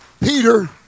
Peter